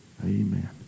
Amen